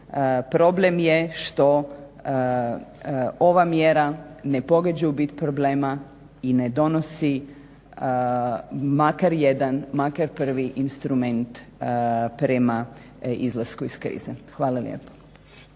Problem je što ova mjera ne pogađa u bit problema i ne donosi makar jedan, makar prvi instrument prema izlasku iz krize. Hvala lijepo.